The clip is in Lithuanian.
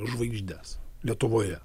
žvaigždes lietuvoje